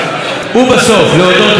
להודות לעו"ד מירב ישראלי,